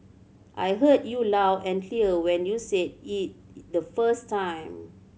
I heard you loud and clear when you said it the first time